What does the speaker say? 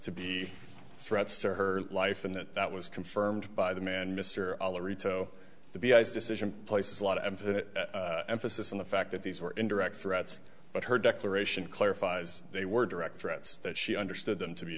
to be threats to her life and that that was confirmed by the man mr ellery toe the b i's decision places a lot of emphasis on the fact that these were in direct threats but her declaration clarifies they were direct threats that she understood them to be